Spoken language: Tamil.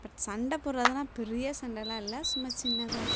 இப்போ சண்டை போடுறதுனா பெரிய சண்டைலாம் இல்லை சும்மா சின்னதாக